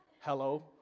hello